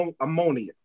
ammonia